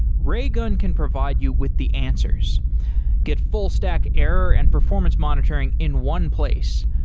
raygun can provide you with the answers get full stack, error and performance monitoring in one place.